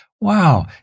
Wow